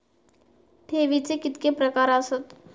ठेवीचे कितके प्रकार आसत?